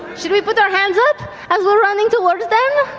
should we put our hands up as we're running towards them?